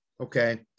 okay